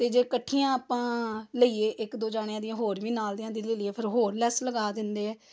ਅਤੇ ਜੇ ਇਕੱਠੀਆਂ ਆਪਾਂ ਲਈਏ ਇੱਕ ਦੋ ਜਾਣਿਆਂ ਦੀਆਂ ਹੋਰ ਵੀ ਨਾਲ ਦਿਆਂ ਦੀ ਲੈ ਲਈਏ ਫਿਰ ਹੋਰ ਲੈਸ ਲਗਾ ਦਿੰਦੇ ਹੈ